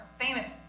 famous